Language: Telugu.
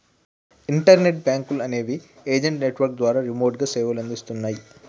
ఇంటర్నెట్ బ్యేంకులనేవి ఏజెంట్ నెట్వర్క్ ద్వారా రిమోట్గా సేవలనందిస్తన్నయ్